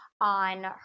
on